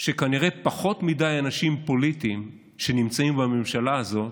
שכנראה פחות מדי אנשים פוליטיים שנמצאים בממשלה הזאת